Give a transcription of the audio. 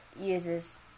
uses